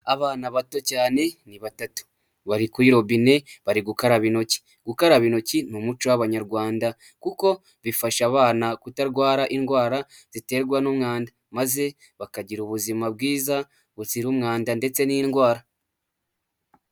Abana bato cyane ni batatu bari kuri robine bari gukaraba intoki, gukaraba intoki ni umuco w'abanyarwanda kuko bifasha abana kutarwara indwara ziterwa n'umwanda, maze bakagira ubuzima bwiza buzira umwanda ndetse n'indwara.